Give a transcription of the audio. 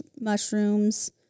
mushrooms